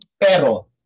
Pero